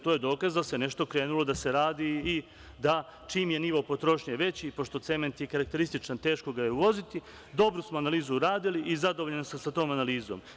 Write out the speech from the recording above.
To je dokaz da se nešto krenulo da se radi i da čim je nivo potrošnje veći, pošto cement je karakterističan, teško ga je uvoziti, dobru smo analizu uradili i zadovoljan sam sa tom analizom.